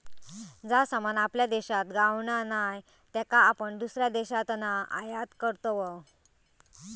जा सामान आपल्या देशात गावणा नाय त्याका आपण दुसऱ्या देशातना आयात करतव